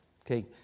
okay